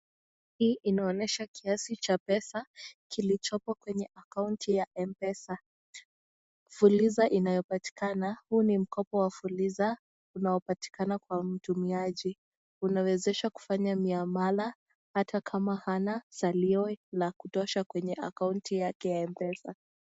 Hii inaonyesha kiasi cha pesa kilichoko katika akaunti ya m-pesa, fuliza inayopatikana huu ni mkopo wa fuliza unapatikana kwa mtumiaji, inawezesha kufanya miamala ata kama hana salio la kutosha kwenye akaunti yake ya m-pesa .